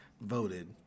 voted